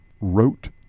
wrote